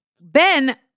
Ben